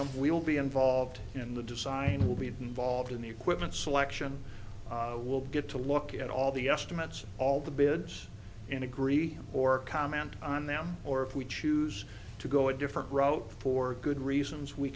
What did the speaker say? will be involved in the design will be involved in the equipment selection will get to look at all the estimates all the bids in agree or comment on them or if we choose to go a different route for good reasons we